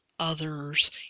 Others